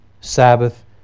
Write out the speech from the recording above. Sabbath